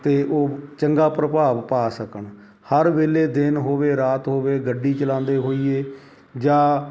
ਤਾਂ ਉਹ ਚੰਗਾ ਪ੍ਰਭਾਵ ਪਾ ਸਕਣ ਹਰ ਵੇਲੇ ਦਿਨ ਹੋਵੇ ਰਾਤ ਹੋਵੇ ਗੱਡੀ ਚਲਾਉਂਦੇ ਹੋਈਏ ਜਾਂ